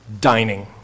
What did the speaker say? dining